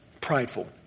Prideful